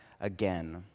again